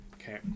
Okay